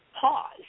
pause